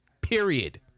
Period